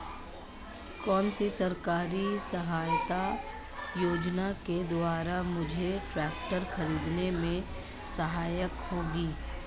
कौनसी सरकारी सहायता योजना के द्वारा मुझे ट्रैक्टर खरीदने में सहायक होगी?